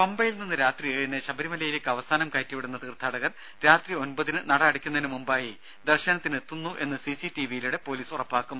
ദേദ പമ്പയിൽ നിന്ന് രാത്രി ഏഴിന് ശബരിമലയിലേക്ക് അവസാനം കയറ്റിവിടുന്ന തീർഥാടകർ രാത്രി ഒൻപതിനു നട അടയ്ക്കുന്നതിന് മുമ്പായി ദർശനത്തിന് എത്തുന്നു എന്ന് സിസി ടിവിയിലൂടെ പോലീസ് ഉറപ്പാക്കും